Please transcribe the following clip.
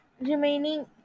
remaining